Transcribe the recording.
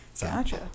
Gotcha